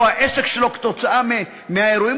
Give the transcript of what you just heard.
או שהעסק שלו כתוצאה מהאירועים,